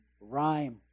rhyme